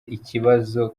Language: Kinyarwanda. ikibazo